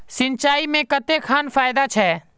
सिंचाई से कते खान फायदा छै?